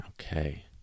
Okay